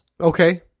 Okay